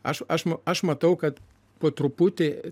aš aš aš matau kad po truputį